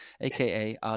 aka